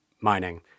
mining